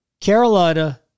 Carolina